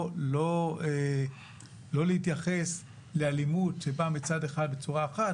שלא להתייחס לאלימות שבאה מצד אחד בצורה אחת,